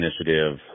initiative